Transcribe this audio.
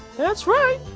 that's right!